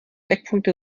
eckpunkte